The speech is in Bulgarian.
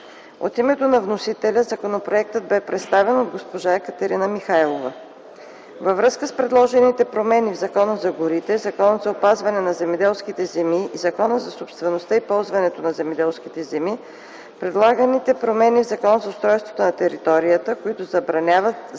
От името на вносителя законопроектът бе представен от госпожа Екатерина Михайлова. Във връзка с предложените промени в Закона за горите, Закона за опазване на земеделски земи и Закона за собственост и ползването на земеделските земи предлагаме промени в Закона за устройство на територията, които забраняват застрояването